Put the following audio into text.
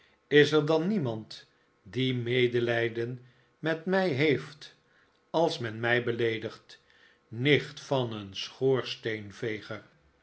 is er dan niemand die medelijden met mij heeft als men mij beleedigt nicht van een